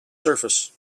surface